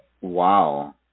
Wow